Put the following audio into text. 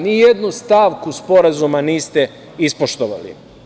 Ni jednu stavku Sporazuma niste ispoštovali.